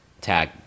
Tag